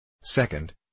Second